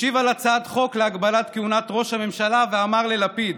השיב על הצעת חוק להגבלת כהונת ראש הממשלה ואמר ללפיד: